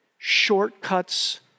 Shortcuts